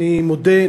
אני מודה,